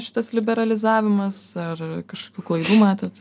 šitas liberalizavimas ar kažkokių klaidų matėt